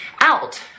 out